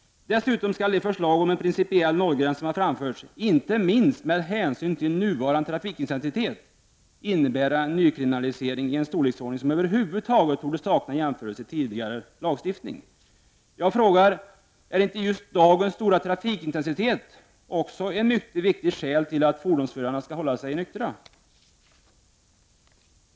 Dessutom skulle de förslag om en principiell nollgräns som har framförts — inte minst med hänsyn till nuvarande trafikintensitet — innebära en ny kriminalisering i en storleksordning som över huvud taget torde sakna jämförelse i tidigare lagstiftning.” Jag frågar: Är inte just dagens stora trafikintensitet också ett mycket viktigt skäl till att fordonsförarna skall hålla sig nyktra?